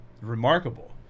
remarkable